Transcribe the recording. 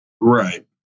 Right